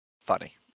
funny